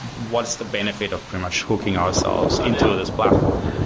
what's the benefit of pretty much hooking ourselves into this platform?